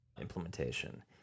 implementation